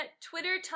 Twitter